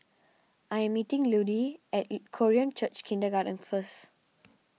I am meeting Ludie at Korean Church Kindergarten first